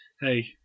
hey